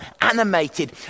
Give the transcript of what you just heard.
animated